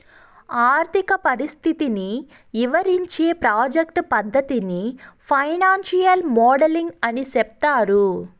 ఆర్థిక పరిస్థితిని ఇవరించే ప్రాజెక్ట్ పద్దతిని ఫైనాన్సియల్ మోడలింగ్ అని సెప్తారు